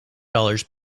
dollars